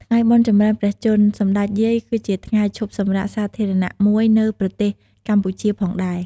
ថ្ងៃបុណ្យចម្រើនព្រះជន្ម សម្តេចយាយគឺជាថ្ងៃឈប់សម្រាកសាធារណៈមួយនៅប្រទេសកម្ពុជាផងដែរ។